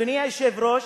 אדוני היושב-ראש,